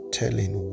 telling